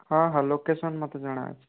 ହଁ ହଁ ଲୋକେସନ୍ ମୋତେ ଜଣା ଅଛି